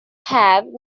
have